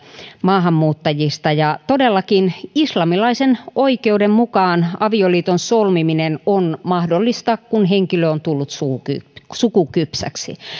maahanmuuttajista ja todellakin islamilaisen oikeuden mukaan avioliiton solmiminen on mahdollista kun henkilö on tullut sukukypsäksi sukukypsäksi